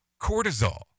cortisol